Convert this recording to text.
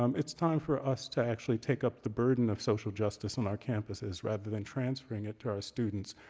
um it's time for us to actually take up the burden of social justice on our campuses rather than transferring it to our students.